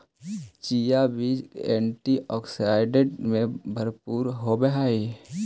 chia बीज antioxidant से भरपूर होवअ हई